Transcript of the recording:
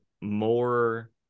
more